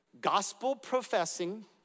gospel-professing